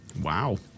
Wow